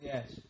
Yes